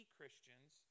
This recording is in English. Christians